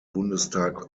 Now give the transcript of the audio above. bundestag